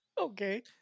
Okay